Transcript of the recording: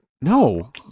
No